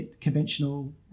conventional